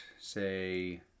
say